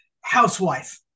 housewife